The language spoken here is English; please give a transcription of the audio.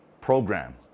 program